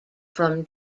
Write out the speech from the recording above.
from